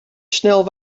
snel